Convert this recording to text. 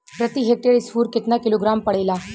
प्रति हेक्टेयर स्फूर केतना किलोग्राम पड़ेला?